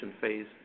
phase